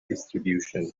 distribution